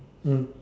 mm